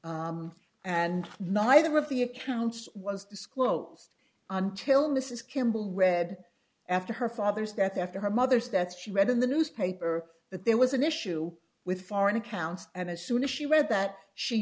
it and neither of the accounts was disclosed until mrs kimball read after her father's death after her mother's that she read in the newspaper that there was an issue with foreign accounts and as soon as she read that she